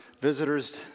visitor's